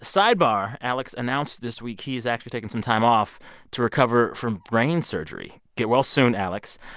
sidebar alex announced this week, he is actually taking some time off to recover from brain surgery. get well soon, alex.